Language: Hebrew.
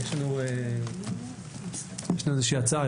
יש לנו כאן איזושהי הצעה.